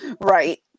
Right